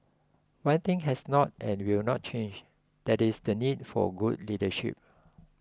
one thing has not and will not change that is the need for good leadership